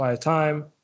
time